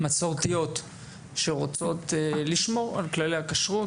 מסורתיות שרוצות לשמור על כללי הכשרות,